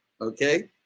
okay